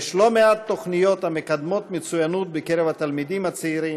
יש לא מעט תוכניות המקדמות מצוינות בקרב תלמידים צעירים,